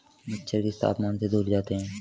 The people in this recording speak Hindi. मच्छर किस तापमान से दूर जाते हैं?